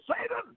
Satan